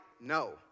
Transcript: no